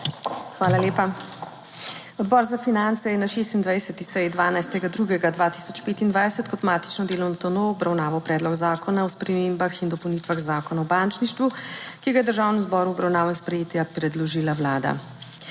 Hvala lepa. Odbor za finance je na 26. seji 12. 2. 2025 kot matično delovno telo obravnaval Predlog zakona o spremembah in dopolnitvah Zakona o bančništvu, ki ga je Državnemu zboru v obravnavo in sprejetje predložila Vlada.